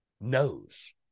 knows